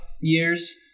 years